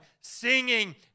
singing